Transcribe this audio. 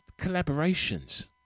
collaborations